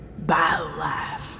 Biolife